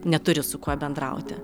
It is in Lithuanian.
neturi su kuo bendrauti